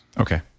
Okay